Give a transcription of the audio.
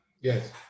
Yes